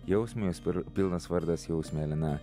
jausminis per pilnas vardas jos mėlyna